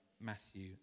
Matthew